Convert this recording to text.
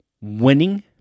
winning